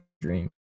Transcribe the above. dream